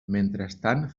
mentrestant